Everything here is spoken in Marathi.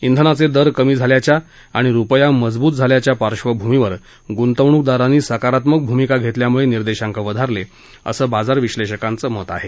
ा ध्वनाचे दर कमी झाल्याच्या आणि रुपया मजबूत झाल्याच्या पार्श्वभूमीवर गुंतवणूकदारांनी सकारात्मक भूमिका घेतल्यामुळे निर्देशांक वधारले असं बाजार विश्लेषकांचं मत आहे